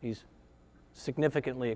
he's significantly